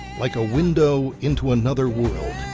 like a window into another world.